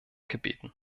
gebeten